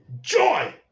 Joy